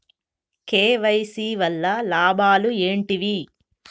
KYC వల్ల లాభాలు ఏంటివి?